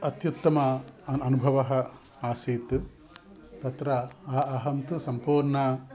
अत्युत्तमः अन् अनुभवः आसीत् तत्र अहम् अहं तु संपूर्णं